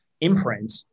imprint